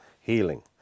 healing